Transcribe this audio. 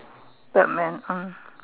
third man ah